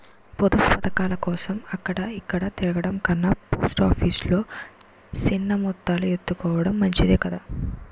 పొదుపు పదకాలకోసం అక్కడ ఇక్కడా తిరగడం కన్నా పోస్ట్ ఆఫీసు లో సిన్న మొత్తాలు ఎత్తుకోడం మంచిదే కదా